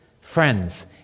friends